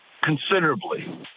considerably